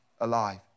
alive